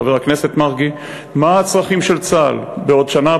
חבר הכנסת מרגי: מה הצרכים של צה"ל בעוד שנה,